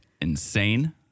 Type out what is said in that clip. insane